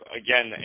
again